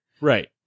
Right